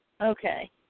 Okay